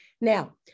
Now